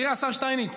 השר שטייניץ,